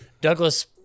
Douglas